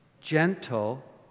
gentle